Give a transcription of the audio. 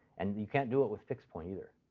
and you can't do it with fixed-point, either.